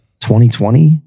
2020